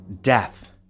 Death